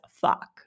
fuck